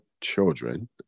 children